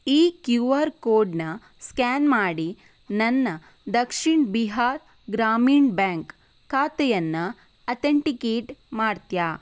ಈ Q R ಕೋಡನ್ನು scan ಮಾಡಿ ನನ್ನ ದಕ್ಷಿಣ್ ಬಿಹಾರ್ ಗ್ರಾಮೀಣ್ ಬ್ಯಾಂಕ್ ಖಾತೆಯನ್ನು ಅಥೆಂಟಿಕೇಟ್ ಮಾಡ್ತೀಯಾ